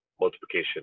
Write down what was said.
multiplication